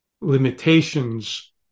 limitations